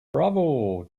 bravo